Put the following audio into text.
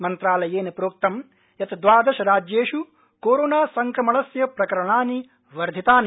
मन्त्रालयेन प्रोक्तं यत् द्वादश राज्येष् कोरोना संक्रमणस्य प्रकरणानि वर्धितानि